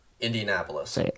Indianapolis